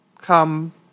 come